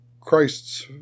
Christ's